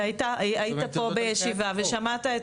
והיית פה בישיבה,